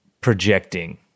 projecting